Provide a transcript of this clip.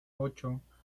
ocho